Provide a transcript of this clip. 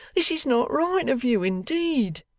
this is not right of you, indeed